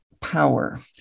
power